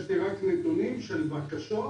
יש לי רק נתונים של בקשות